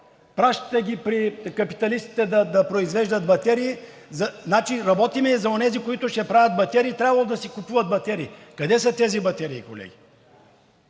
Пращате ги при капиталистите да произвеждат батерии? Значи, работим и за онези, които ще правят батерии, защото трябвало да си купуват и батерии. Къде са тези батерии, колеги?